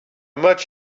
much